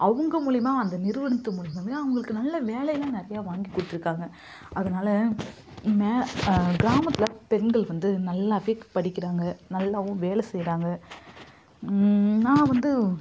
அவங்க மூலியமாக அந்த நிறுவனத்து மூலமாகவே அவங்களுக்கு நல்ல வேலையெல்லாம் நிறைய வாங்கிக் கொடுத்துருக்காங்க அதனால் மே கிராமத்தில் பெண்கள் வந்து நல்லாவே படிக்கிறாங்க நல்லாவும் வேலை செய்கிறாங்க நான் வந்து